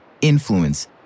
influence